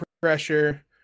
pressure